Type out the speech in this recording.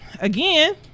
again